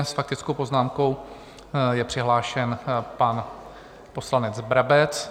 S faktickou poznámkou je přihlášen pan poslanec Brabec.